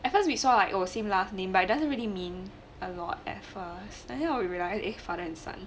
at first we saw like oh same last name but then doesn't really mean a lot at first then now we realize its father and son